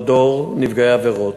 מדור נפגעי עבירות.